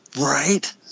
right